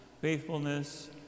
faithfulness